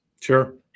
Sure